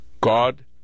God